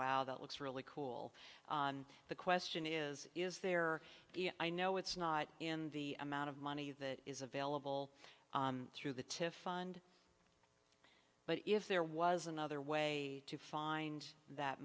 wow that looks really cool the question is is there i know it's not in the amount of money that is available through the to fund but if there was another way to find that